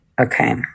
Okay